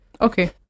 Okay